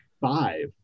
five